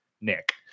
Nick